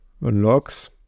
unlocks